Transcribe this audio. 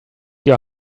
your